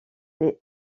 les